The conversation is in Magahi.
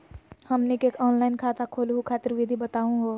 हमनी के ऑनलाइन खाता खोलहु खातिर विधि बताहु हो?